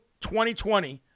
2020